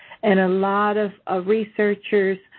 and a lot of ah researchers,